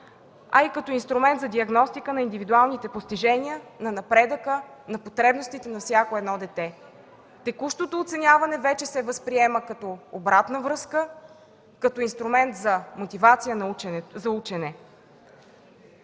а и като инструмент за диагностика на индивидуалните постижения, на напредъка, на потребностите на всяко едно дете. Текущото оценяване вече се възприема като обратна връзка, като инструмент за мотивация за учене.